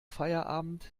feierabend